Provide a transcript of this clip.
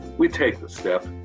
we take the step,